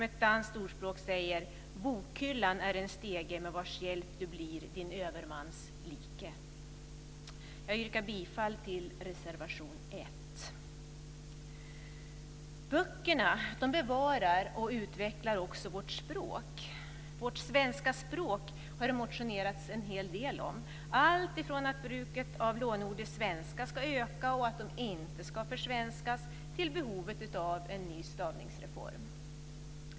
Ett danskt ordspråk säger att bokhyllan är en stege med vars hjälp du blir din övermans like. Jag yrkar bifall till reservation 1. Böckerna bevarar och utvecklar vårt språk! Det har motionerats en hel del om vårt svenska språk. Det har varit alltifrån att bruket av lånord i svenskan ska öka, att de inte ska försvenskas till behovet av en ny stavningsreform.